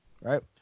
right